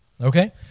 Okay